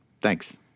Thanks